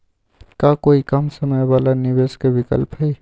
का कोई कम समय वाला निवेस के विकल्प हई?